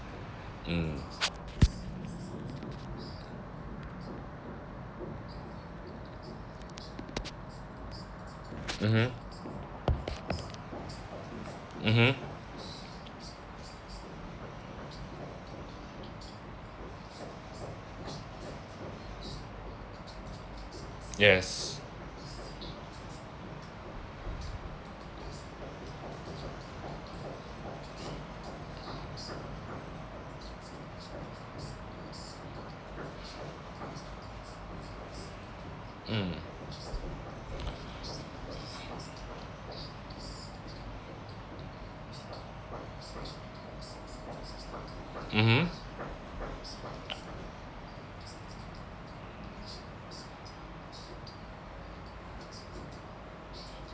mm mmhmm mmhmm yes mm mmhmm